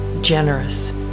generous